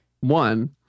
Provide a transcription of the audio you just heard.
one